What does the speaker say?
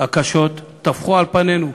הקשות טפחו על פנינו,